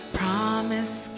promise